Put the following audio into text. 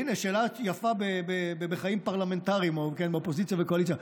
הינה שאלה יפה בחיים פרלמנטריים או באופוזיציה וקואליציה.